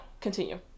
continue